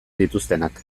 dituztenak